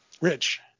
Rich